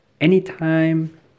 anytime